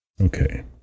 Okay